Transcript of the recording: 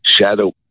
shadow